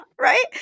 right